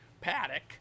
paddock